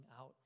out